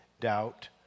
doubt